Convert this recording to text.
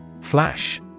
Flash